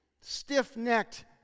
stiff-necked